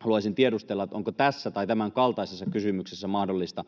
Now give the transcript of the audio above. haluaisin tiedustella: onko tässä tai tämänkaltaisissa kysymyksissä mahdollista